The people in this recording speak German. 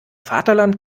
vaterland